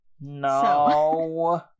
no